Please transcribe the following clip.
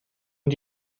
und